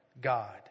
God